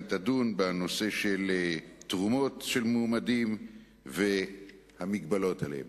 תדון בנושא של תרומות של מועמדים והמגבלות עליהן.